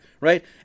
right